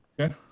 Okay